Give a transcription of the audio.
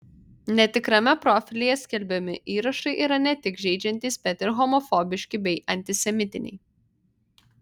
netikrame profilyje skelbiami įrašai yra ne tik žeidžiantys bet ir homofobiški bei antisemitiniai